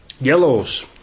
Yellows